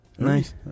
Nice